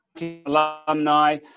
alumni